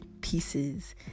pieces